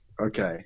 Okay